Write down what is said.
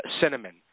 cinnamon